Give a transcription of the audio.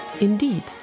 Indeed